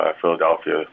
Philadelphia